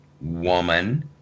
woman